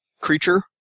creature